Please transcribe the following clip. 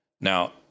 Now